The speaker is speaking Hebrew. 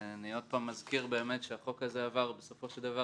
אני עוד מזכיר באמת שהחוק הזה עבר בסופו של דבר,